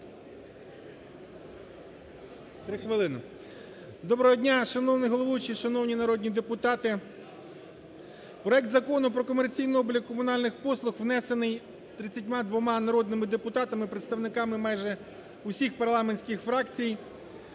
Доброго дня! Шановний головуючий! Шановні народні депутати! Проект Закону про комерційний облік комунальних послуг, внесений 32 народними депутатами, представниками майже усіх парламентських фракцій